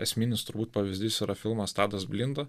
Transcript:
esminis turbūt pavyzdys yra filmas tadas blinda